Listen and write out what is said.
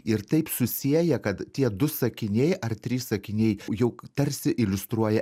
ir taip susieja kad tie du sakiniai ar trys sakiniai jau tarsi iliustruoja